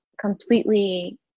completely